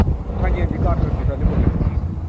हां जी हां जी कार सर्विस आह्ले बोला दे म्हाराज